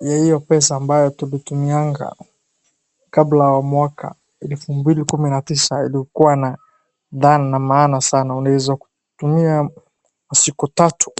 ya hiyo pesa ambayo tulitumianga kabala ya mwaka 2019 ilikuwa na maana sana, unaweza kutumia siku tatu.